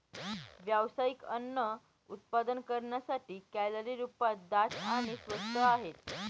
व्यावसायिक अन्न उत्पादन करण्यासाठी, कॅलरी रूपाने दाट आणि स्वस्त आहे